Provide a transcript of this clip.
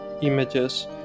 images